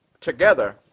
together